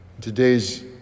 today's